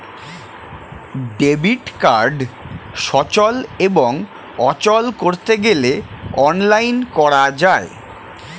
debit card সচল এবং অচল করতে গেলে অনলাইন করা যায়